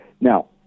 Now